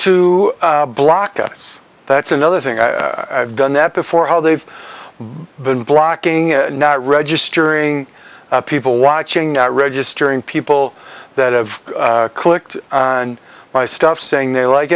to block us that's another thing i've done that before how they've been blocking not registering people watching at registering people that have clicked on my stuff saying they like